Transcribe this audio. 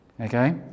Okay